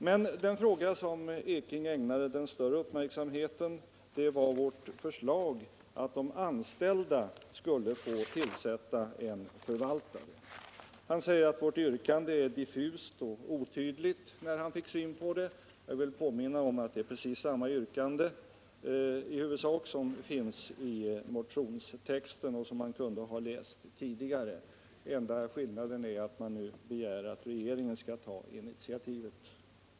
Men den fråga som Bernt Ekinge ägnade den större uppmärksamheten åt var vårt förslag, att de anställda skulle få tillsätta en förvaltare. Han sade att han tyckte att vårt yrkande var diffust och otydligt när han fick syn på det. Jag vill då påminna om att det i huvudsak är precis samma yrkande som det som finns i motionstexten och som han kunde ha läst tidigare; den enda skillnaden är att man nu begär att regeringen skall ta initiativet.